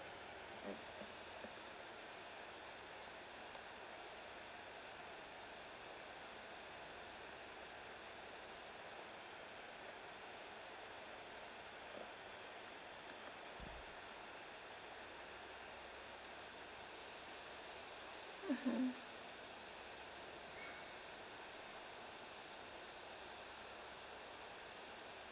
mmhmm